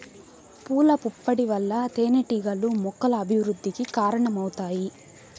పూల పుప్పొడి వల్ల తేనెటీగలు మొక్కల అభివృద్ధికి కారణమవుతాయి